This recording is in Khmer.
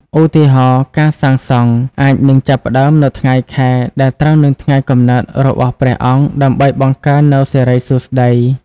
ឧទាហរណ៍ ការសាងសង់អាចនឹងចាប់ផ្តើមនៅថ្ងៃខែដែលត្រូវនឹងថ្ងៃកំណើតរបស់ព្រះអង្គដើម្បីបង្កើននូវសិរីសួស្តី។